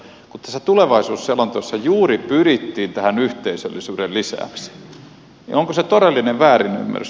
kun tässä tulevaisuusselonteossa juuri pyrittiin tähän yhteisölli syyden lisäämiseen niin onko se todellinen väärinymmärrys